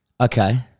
Okay